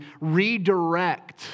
redirect